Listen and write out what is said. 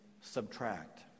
subtract